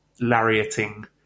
lariating